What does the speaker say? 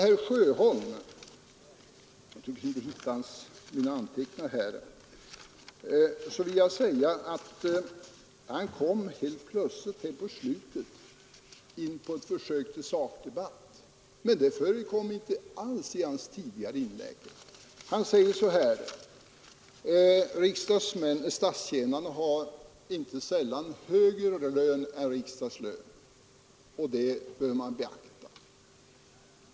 Herr Sjöholm kom nu helt plötsligt på slutet in på ett försök till sakdebatt. Något sådant förekom inte alls i hans tidigare inlägg. Han sade nu att statstjänarna inte sällan har högre lön än riksdagslön och att det bör beaktas.